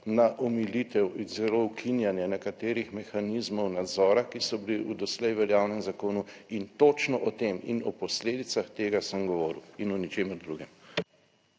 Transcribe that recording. na omilitev in celo ukinjanje nekaterih mehanizmov nadzora, ki so bili v doslej veljavnem zakonu in točno o tem in o posledicah tega sem govoril in o ničemer drugem.